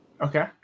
Okay